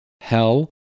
hell